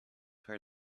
her